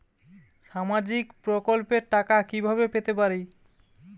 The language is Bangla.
সামাজিক প্রকল্পের টাকা কিভাবে পেতে পারি?